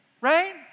right